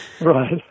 Right